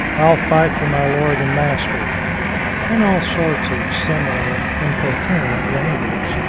i'll fight for my lord and master and all sorts of similar incoherent ravings.